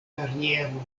kariero